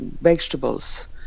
vegetables